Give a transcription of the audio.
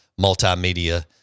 multimedia